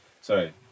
Sorry